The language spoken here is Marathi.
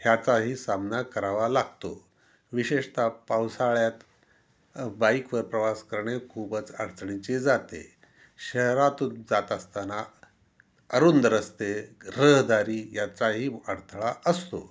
ह्याचाही सामना करावा लागतो विशेषत पावसाळ्यात बाईकवर प्रवास करणे खूपच अडचणीचे जाते शहरातून जात असताना अरुंद रस्ते रहदारी याचाही अडथळा असतो